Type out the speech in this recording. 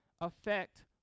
affect